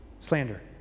Slander